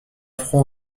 froid